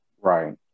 Right